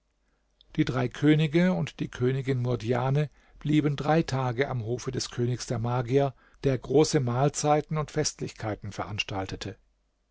die drei könige und die königin murdjane blieben drei tage am hofe des königs der magier der große mahlzeiten und festlichkeiten veranstaltete